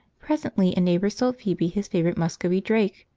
presently a neighbour sold phoebe his favourite muscovy drake,